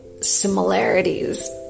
similarities